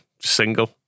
single